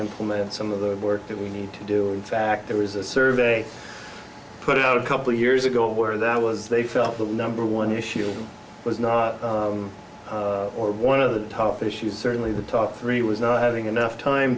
implement some of the work that we need to do in fact there was a survey put out a couple of years ago where that was they felt the number one issue was not or one of the tough issues certainly the top three was not having enough time